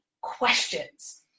questions